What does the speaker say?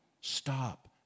Stop